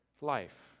Life